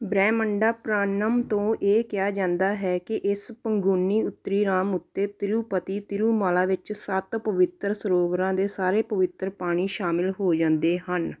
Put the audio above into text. ਬ੍ਰਹਮੰਡਾ ਪੁਰਾਣਮ ਤੋਂ ਇਹ ਕਿਹਾ ਜਾਂਦਾ ਹੈ ਕਿ ਇਸ ਪੰਗੂਨੀ ਉਤਰੀਰਾਮ ਉੱਤੇ ਤਿਰੂਪਤੀ ਤਿਰੁਮਾਲਾ ਵਿੱਚ ਸੱਤ ਪਵਿੱਤਰ ਸਰੋਵਰਾਂ ਦੇ ਸਾਰੇ ਪਵਿੱਤਰ ਪਾਣੀ ਸ਼ਾਮਲ ਹੋ ਜਾਂਦੇ ਹਨ